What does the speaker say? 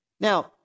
Now